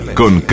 con